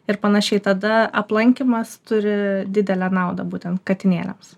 ir panašiai tada aplankymas turi didelę naudą būtent katinėliams